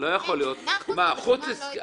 הרוב הגדול זה כבישי אגרה, רשויות מקומיות.